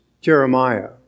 Jeremiah